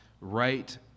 right